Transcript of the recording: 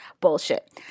Bullshit